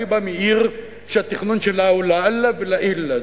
אני בא מעיר שהתכנון שלה הוא לאללה ולעילא,